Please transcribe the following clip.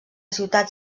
ciutat